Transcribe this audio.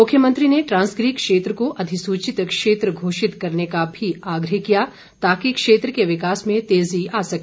मुख्यमंत्री ने ट्रांसगिरी क्षेत्र को अधिसूचित क्षेत्र घोषित करने का भी आग्रह किया ताकि क्षेत्र के विकास में तेज़ी आ सके